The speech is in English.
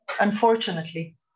unfortunately